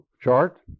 chart